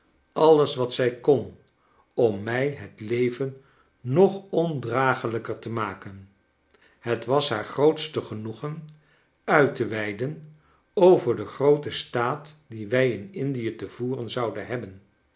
alles wat zij kon om mij het leven nog ondragelijker te maken het was haar grootste genoegen uit te weiden over den grooten staat dien wij in indie te voeren zouden hebben